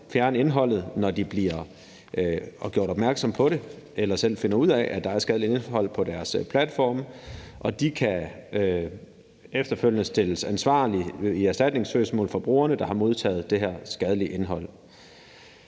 fjerne indholdet, når de bliver gjort opmærksom på det eller selv finder ud af, at der er skadeligt indhold på deres platforme, og de kan efterfølgende gøres ansvarlige i erstatningssøgsmål fra brugerne, der har modtaget det her skadelige indhold.